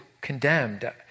condemned